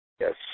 Yes